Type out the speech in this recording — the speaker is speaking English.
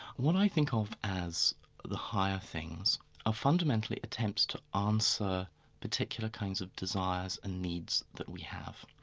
what i think of as the higher things are fundamentally attempts to answer particular kinds of desires and needs that we have.